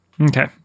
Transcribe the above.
Okay